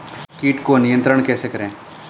कीट को नियंत्रण कैसे करें?